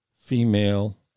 female